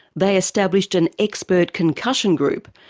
they established an expert concussion group,